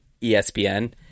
ESPN